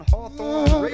Hawthorne